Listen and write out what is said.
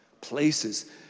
places